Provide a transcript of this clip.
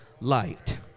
light